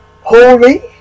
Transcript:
holy